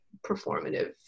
performative